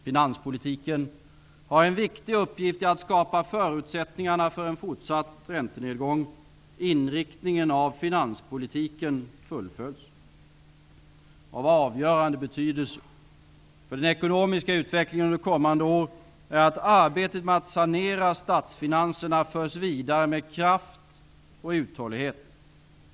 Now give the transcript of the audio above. Finanspolitiken har en viktig uppgift i att skapa förutsättningar för en fortsatt räntenedgång. Av avgörande betydelse för den ekonomiska utvecklingen under kommande år är att arbetet med att sanera statsfinanserna förs vidare med kraft och uthållighet.